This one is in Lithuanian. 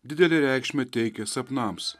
didelę reikšmę teikė sapnams